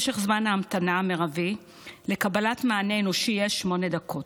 משך זמן ההמתנה המרבי לקבלת מענה אנושי יהיה שמונה דקות,